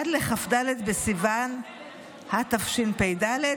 עד לכ"ד בסיוון התשפ"ד,